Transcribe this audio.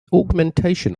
augmentation